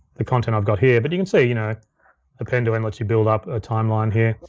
the content i've got here, but you can see you know append to end lets you build up a timeline here.